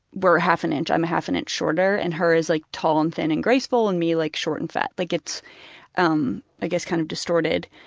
we're half an inch i'm half an inch shorter, and her as like tall and thin and graceful, and me like short and fat. like it's um i guess kind of distorted,